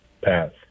Pass